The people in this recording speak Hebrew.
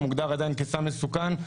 הוא מוגדר עדיין כסם מסוכן,